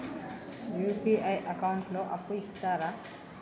UPI account లో అప్పు ఇస్తరా?